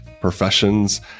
professions